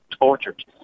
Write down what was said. tortured